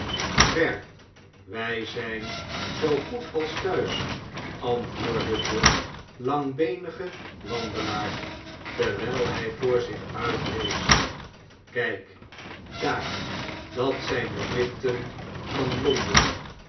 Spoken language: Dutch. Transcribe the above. ver wij zijn zoo goed als thuis antwoordde de langbeenige wandelaar terwijl hij voor zich uitwees kijk daar dat zijn de lichten van